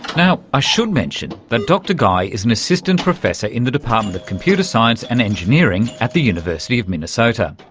now, i should mention that dr guy is an assistant professor in the department of computer science and engineering at the university of minnesota.